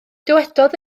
dywedodd